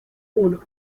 uno